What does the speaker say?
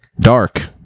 dark